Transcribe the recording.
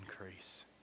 increase